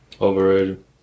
Overrated